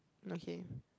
okay